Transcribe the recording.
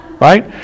right